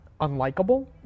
Unlikable